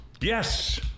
Yes